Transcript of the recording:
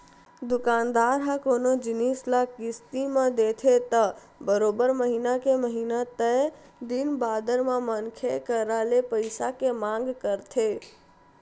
दुकानदार ह कोनो जिनिस ल किस्ती म देथे त बरोबर महिना के महिना तय दिन बादर म मनखे करा ले पइसा के मांग करथे